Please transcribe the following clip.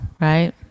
right